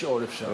לשאול אפשר.